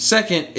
Second